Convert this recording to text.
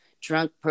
drunk